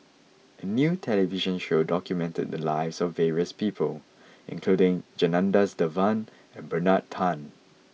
a new television show documented the lives of various people including Janadas Devan and Bernard Tan